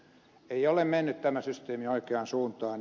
ei ole mennyt tämä systeemi oikeaan suuntaan